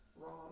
Wrong